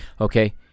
Okay